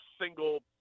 single